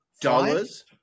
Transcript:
dollars